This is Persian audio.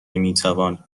میتوان